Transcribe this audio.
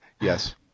Yes